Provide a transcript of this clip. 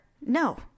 No